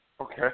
Okay